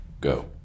go